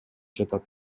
жатат